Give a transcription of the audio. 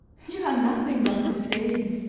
you are nothing but a saint,